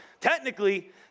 technically